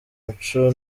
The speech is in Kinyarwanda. mico